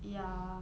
ya